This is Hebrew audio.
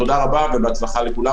תודה רבה ובהצלחה לכולם,